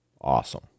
Awesome